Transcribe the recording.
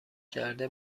کرده